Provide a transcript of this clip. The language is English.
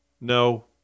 No